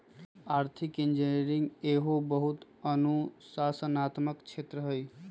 आर्थिक इंजीनियरिंग एहो बहु अनुशासनात्मक क्षेत्र हइ